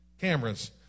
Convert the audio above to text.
cameras